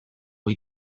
ohi